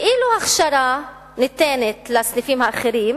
ואיזו הכשרה ניהולית ניתנת לסניפים האחרים